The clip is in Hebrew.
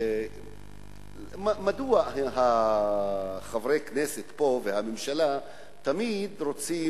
מדוע חברי הכנסת פה והממשלה תמיד רוצים